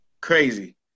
crazy